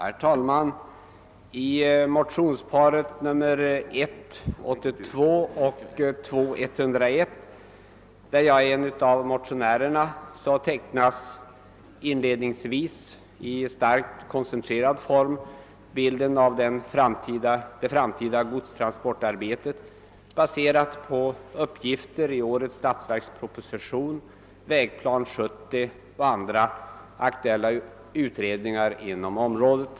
Herr talman! I motionsparet I: 82 och II: 101 där jag är en av motionärerna tecknas inledningsvis i starkt koncentrerad form bilden av det framtida godstransportarbetet baserad på uppgifter i årets statsverksproposition, Vägplan 70 och andra aktuella utredningar inom området.